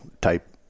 type